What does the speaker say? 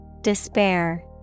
Despair